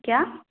क्या